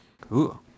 Cool